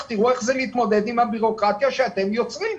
ותראו איך זה להתמודד עם הביורוקרטיה שאתם יוצרים.